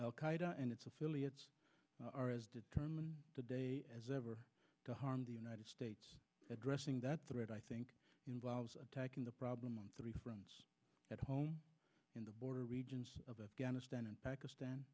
qaeda and its affiliates are determined the day as ever to harm the united states addressing that threat i think involves attacking the problem on three fronts at home in the border regions of afghanistan and pakistan